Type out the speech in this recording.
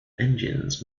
engines